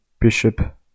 Bishop